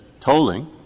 tolling